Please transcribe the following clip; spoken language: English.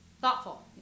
Thoughtful